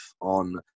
on